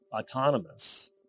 autonomous